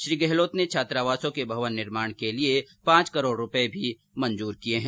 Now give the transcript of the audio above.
श्री गहलोत ने छात्रावासों के भवन निर्माण के लिए पांच करोड़ रूपये मंजूर किये हैं